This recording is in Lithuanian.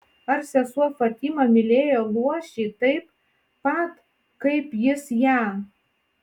ar sesuo fatima mylėjo luošį taip pat kaip jis ją